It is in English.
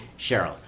Cheryl